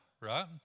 right